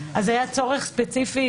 אז היה צורך ספציפי